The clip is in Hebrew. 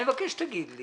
אני מבקש שתגיד לי